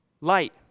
light